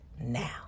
now